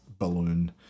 Balloon